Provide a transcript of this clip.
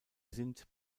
sind